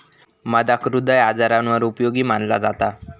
मधाक हृदय आजारांवर उपयोगी मनाला जाता